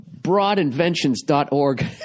broadinventions.org